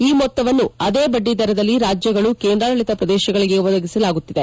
ಈ ಮೊತ್ತವನ್ನು ಅದೇ ಬಡ್ಡಿದರದಲ್ಲಿ ರಾಜ್ಗಳು ಕೇಂದ್ರಾಡಳಿತ ಪ್ರದೇಶಗಳಿಗೆ ಒದಗಿಸಲಾಗುತ್ತಿದೆ